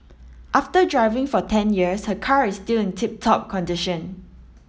after driving for ten years her car is still in tip top condition